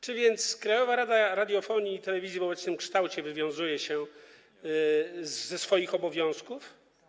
Czy więc Krajowa Rada Radiofonii i Telewizji w obecnym kształcie wywiązuje się ze swoich obowiązków?